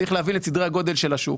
צריך להבין את סדרי הגודל של השוק.